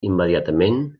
immediatament